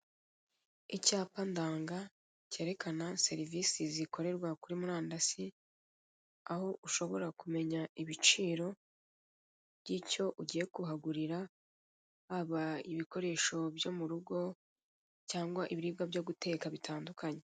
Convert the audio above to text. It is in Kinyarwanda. Icyapa ndanga kerekana serivise zikorerwa kuri murandasi aho, ushobora kumenya ibiciro by'icyo ugiye kuhagurira, yaba ibikoresho byo murugo cyangwa ibiribwa byo guteka bitandukanye.